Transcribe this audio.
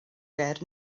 ger